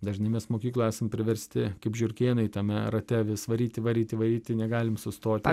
dažnai mes mokykloj esame priversti kaip žiurkėnai tame rate vis varyti varyti varyti negalim sustoti